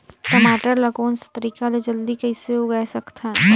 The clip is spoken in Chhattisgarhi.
टमाटर ला कोन सा तरीका ले जल्दी कइसे उगाय सकथन?